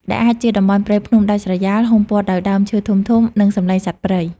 ដែលអាចជាតំបន់ព្រៃភ្នំដាច់ស្រយាល ហ៊ុមព័ទ្ធដោយដើមឈើធំៗ និងសំឡេងសត្វព្រៃ។